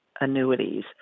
annuities